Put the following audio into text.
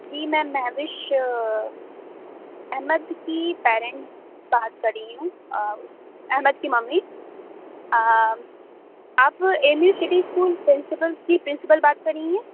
جی میں مہوش احمد کی پیرینٹ بات کر رہی ہوں اس احمد کی ممی آپ آپ A M U city school principals کی پرنسپل بات کر رہی ہیں